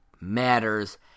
matters